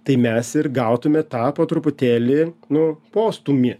tai mes ir gautume tą po truputėlį nu postūmį